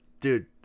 dude